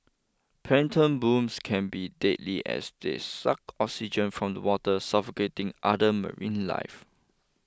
plankton blooms can be deadly as they suck oxygen from the water suffocating other marine life